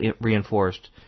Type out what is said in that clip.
reinforced